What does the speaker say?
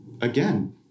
Again